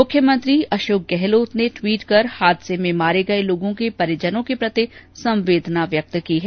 मुख्यमंत्री अशोक गहलोत ने ट्वीट कर हादसे में मारे गये लोगों के परिजनों के प्रति संवेदना व्यक्त की है